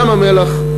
ים-המלח,